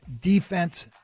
defense